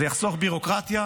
זה יחסוך ביורוקרטיה,